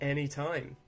Anytime